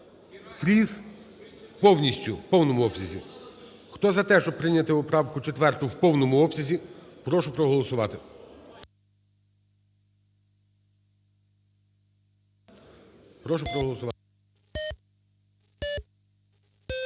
Фріз повністю… у повному обсязі. Хто за те, щоб прийняти поправку 4 в повному обсязі, прошу проголосувати.